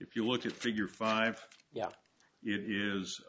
if you look at figure five yeah it is